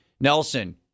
Nelson